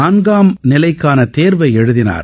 நாள்காம் நிலைக்கான தேர்வை எழுதினார்